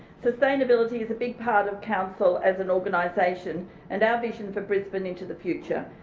sustainability is a big part of council as an organisation and our vision for brisbane into the future.